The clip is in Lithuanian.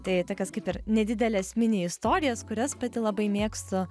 tai tokias kaip ir nedideles mini istorijas kurias pati labai mėgstu